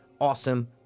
awesome